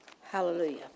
Hallelujah